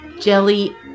Jelly